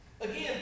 Again